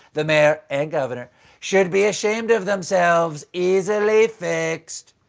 the mayor and governor should be ashamed of themselves. easily fixed!